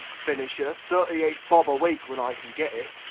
finisher, thirty-eight bob a week when i can get it.